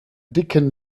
dicken